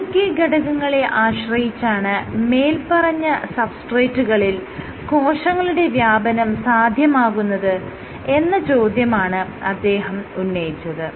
ഏതൊക്കെ ഘടകങ്ങളെ ആശ്രയിച്ചാണ് മേല്പറഞ്ഞ സബ്സ്ട്രേറ്റുകളിൽ കോശങ്ങളുടെ വ്യാപനം സാധ്യമാകുന്നത് എന്ന ചോദ്യമാണ് അദ്ദേഹം ആദ്യം ഉന്നയിച്ചത്